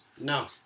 No